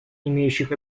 имеющих